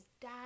dad